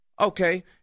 Okay